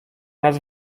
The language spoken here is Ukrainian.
нас